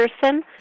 Person